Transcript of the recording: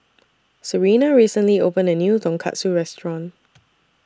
Sarina recently opened A New Tonkatsu Restaurant